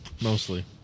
mostly